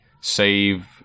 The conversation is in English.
save